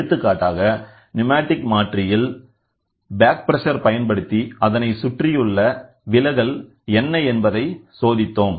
எடுத்துக்காட்டாக நியூமாட்டிக் மாற்றியில் பேக் பிரஷரை பயன்படுத்தி அதனை சுற்றியுள்ள விலகல் என்ன என்பதை சோதித்தோம்